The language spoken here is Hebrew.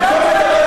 אתה לא,